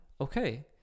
okay